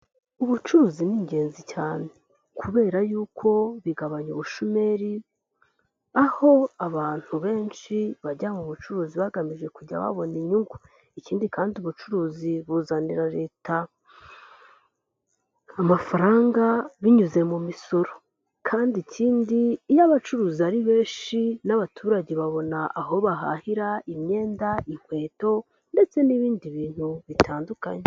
Ubucuruzi ni ingenzi cyane kubera yuko bigabanya ubushomeri aho abantu benshi bajya mu bucuruzi bagamije kujya babona inyungu, ikindi kandi ubucuruzi buzanira Leta amafaranga binyuze mu misoro kandi ikindi iyo abacuruzi ari benshi n'abaturage babona aho bahahira, imyenda inkweto ndetse n'ibindi bintu bitandukanye.